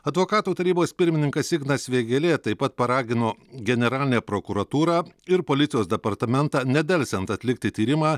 advokatų tarybos pirmininkas ignas vėgėlė taip pat paragino generalinę prokuratūrą ir policijos departamentą nedelsiant atlikti tyrimą